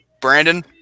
Brandon